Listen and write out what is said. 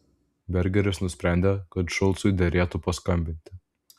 bergeris nusprendė kad šulcui derėtų paskambinti